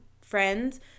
friends